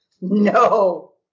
No